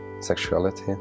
sexuality